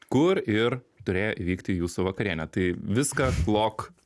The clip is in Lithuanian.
kur ir turėjo įvykti jūsų vakarienė tai viską klok